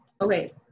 Okay